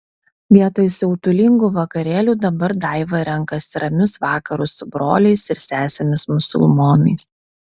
vietoj siautulingų vakarėlių dabar daiva renkasi ramius vakarus su broliais ir sesėmis musulmonais